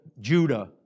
Judah